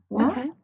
Okay